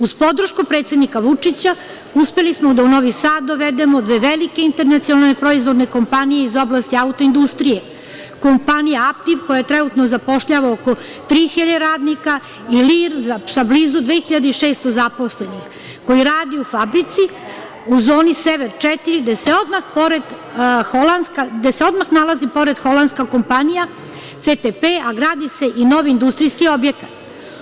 Uz podršku predsednika Vučića, uspeli smo da u Novi Sad dovedemo dve velike internacionalne proizvodne kompanije iz oblasti auto industrije, kompanije „Aptiv“, koja trenutno zapošljava oko 3.000 radnika i „Lir“ sa blizu 2.600 zaposlenih koji rade u fabrici u zoni Sever 4, gde se odmah nalazi pored holandska kompanija „CTP“, a gradi se i novi industrijski objekat.